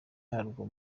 yarwo